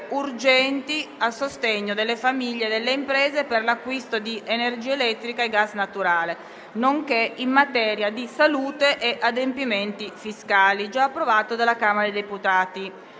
urgenti a sostegno delle famiglie e delle imprese per l'acquisto di energia elettrica e gas naturale, nonché in materia di salute e adempimenti fiscali*** *(Approvato dalla Camera dei deputati)***(ore